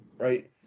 Right